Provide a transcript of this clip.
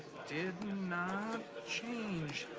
did not ah change